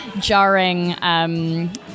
jarring